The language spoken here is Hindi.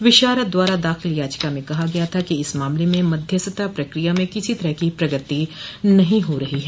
विशारद द्वारा दाख़िल याचिका में कहा गया था कि इस मामले में मध्यस्थता प्रक्रिया में किसी तरह की प्रगति नहीं हो रही है